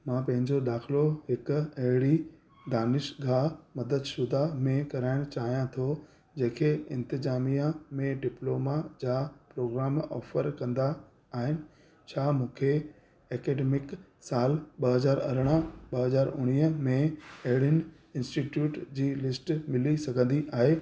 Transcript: मां पंहिंजो दाख़िलो हिक अहिड़ी दानिशगाह मददशुदा में कराइण चाहियां थो जेके इंतिजामिया में डिप्लोमा जा प्रोग्राम ऑफर कंदा आहिनि छा मूंखे ऐकडेमिक सालु ॿ हज़ार अरिड़्ह ॿ हज़ार उणवीह में अहिड़ियुनि इन्स्टिटयूट जी लिस्ट मिली सघंदी आहे